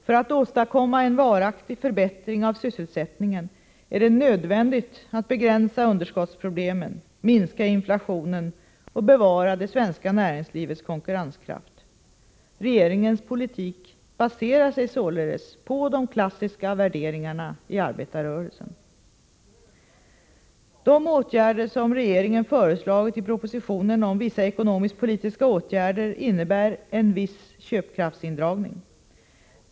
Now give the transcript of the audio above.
För att åstadkomma en varaktig förbättring av sysselsättningen är det nödvändigt att begränsa underskottsproblemen, minska inflationen och bevara det svenska näringslivets konkurrenskraft. Regeringens politik baserar sig således på de ”klassiska” värderingarna i arbetarrörelsen. De åtgärder som regeringen föreslagit i propositionen om vissa ekonomiskpolitiska åtgärder innebär en viss köpkraftsindragning.